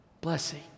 Blessing